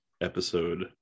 episode